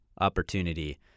opportunity